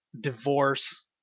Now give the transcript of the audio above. divorce